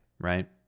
right